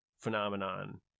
phenomenon